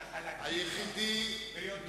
אלא חלקים בה.